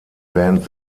band